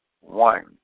one